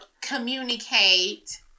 communicate